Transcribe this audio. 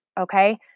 Okay